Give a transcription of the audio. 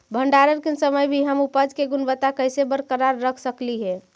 भंडारण के समय भी हम उपज की गुणवत्ता कैसे बरकरार रख सकली हे?